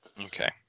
Okay